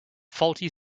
faulty